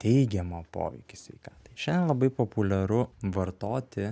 teigiamą poveikį sveikatai šiandien labai populiaru vartoti